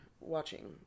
watching